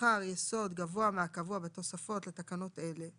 שכר יסוד גבוה מהקבוע בתוספות לקנות אלה,